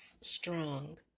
strong